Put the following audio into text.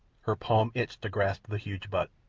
her palm itched to grasp the huge butt.